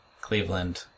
Cleveland